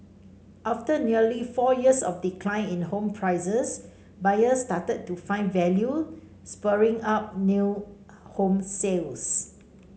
after nearly four years of decline in home prices buyers started to find value spurring up new home sales